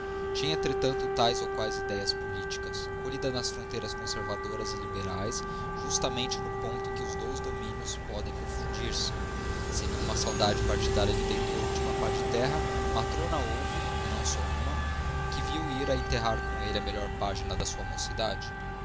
tinha entretanto tais ou quais idéias políticas colhidas nas fronteiras conservadoras e liberais justamente no ponto em que os dois domínios podem confundir se se nenhuma saudade partidária lhe deitou a última pá de terra matrona houve e não só uma que viu ir a enterrar com ele a melhor página da sua mocidade